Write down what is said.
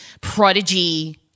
prodigy